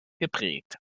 geprägt